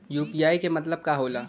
UPI के मतलब का होला?